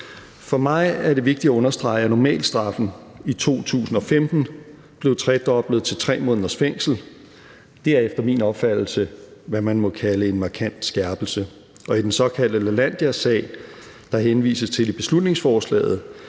For mig er det vigtigt at understrege, at normalstraffen i 2015 blev tredoblet til 3 måneders fængsel. Det er efter min opfattelse, hvad man må kalde en markant skærpelse. Og i den såkaldte Lalandiasag, der henvises til i beslutningsforslaget,